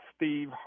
Steve